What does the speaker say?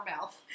mouth